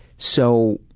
so,